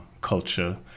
culture